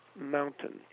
mountain